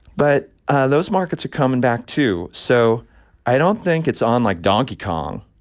but those markets are coming back, too. so i don't think it's on like donkey kong,